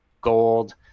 gold